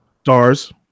Stars